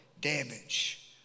damage